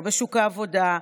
לא בשוק העבודה,